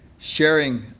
Sharing